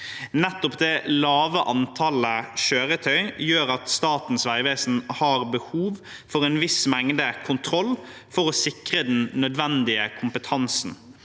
Nettopp det lave antallet kjøretøy gjør at Statens vegvesen har behov for en viss mengde kontroller for å sikre den nødvendige kompetansen.